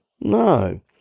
No